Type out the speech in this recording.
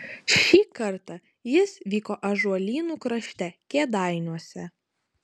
šį kartą jis vyko ąžuolynų krašte kėdainiuose